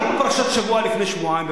רק בפרשת השבוע לפני שבועיים,